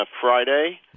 Friday